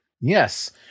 Yes